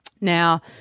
Now